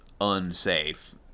unsafe